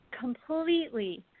completely